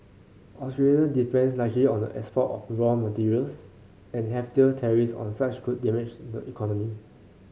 Australia depends largely on the export of raw materials and heftier tariffs on such could damage the economy